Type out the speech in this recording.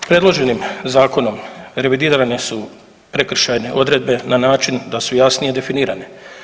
Predloženim zakonom revidirane su prekršajne odredbe na način da su jasnije definirane.